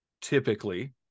typically